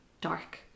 dark